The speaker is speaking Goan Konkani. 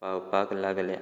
पावपाक लागल्या